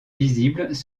visibles